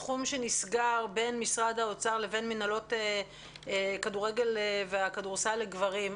שזה סכום שנסגר בין משרד האוצר לבין מינהלות הכדורגל והכדורסל לגברים?